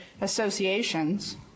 associations